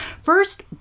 First